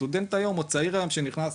סטודנט או צעיר היום כשנכנס,